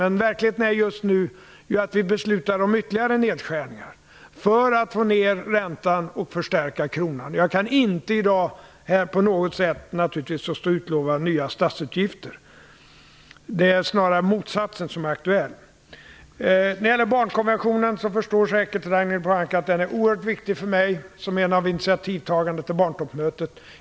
Men verkligheten just nu är ju att vi beslutar om ytterligare nedskärningar för att få ned räntan och förstärka kronan. Jag kan således naturligtvis inte här i dag på något sätt utlova nya statsutgifter. Det är snarare motsatsen som är aktuell. Ragnhild Pohanka förstår säkert att barnkonventionen är oerhört viktig för mig som en av initiativtagarna till barntoppmötet.